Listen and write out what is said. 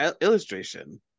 illustration